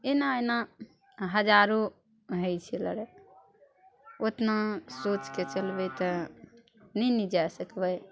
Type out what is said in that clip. एना एना हजारो होइ छै लड़ाइ ओतना सोचके चलबै तऽ नहि ने जा सकबै